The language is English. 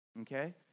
Okay